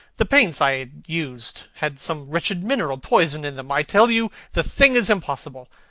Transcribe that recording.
the paints i used had some wretched mineral poison in them. i tell you the thing is impossible. ah,